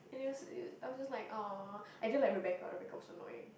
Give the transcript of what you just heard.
and it was it I was just !aww! I didn't like Rebecca Rebecca was annoying